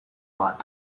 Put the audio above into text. bat